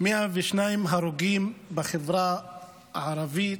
102 הרוגים בחברה הערבית.